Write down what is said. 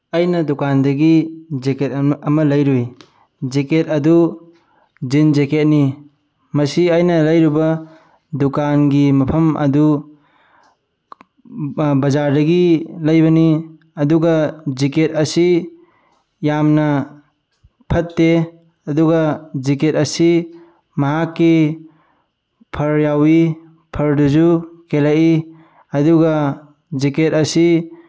ꯑꯩꯅ ꯗꯨꯀꯥꯟꯗꯒꯤ ꯖꯦꯀꯦꯠ ꯑꯃ ꯂꯩꯔꯨꯏ ꯖꯦꯀꯦꯠ ꯑꯗꯨ ꯖꯤꯟ ꯖꯦꯀꯦꯠꯅꯤ ꯃꯁꯤ ꯑꯩꯅ ꯂꯩꯔꯨꯕ ꯗꯨꯀꯥꯟꯒꯤ ꯃꯐꯝ ꯑꯗꯨ ꯕꯖꯥꯔꯗꯒꯤ ꯂꯩꯕꯅꯤ ꯑꯗꯨꯒ ꯖꯤꯀꯦꯠ ꯑꯁꯤ ꯌꯥꯝꯅ ꯐꯠꯇꯦ ꯑꯗꯨꯒ ꯖꯤꯀꯦꯠ ꯑꯁꯤ ꯃꯍꯥꯛꯀꯤ ꯐꯔ ꯌꯥꯎꯏ ꯐꯔꯗꯨꯁꯨ ꯀꯦꯜꯂꯛꯏ ꯑꯗꯨꯒ ꯖꯦꯀꯦꯠ ꯑꯁꯤ